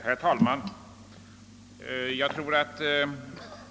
Herr talman!